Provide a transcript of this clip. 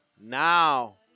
Now